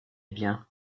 bien